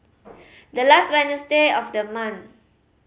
the last Wednesday of the month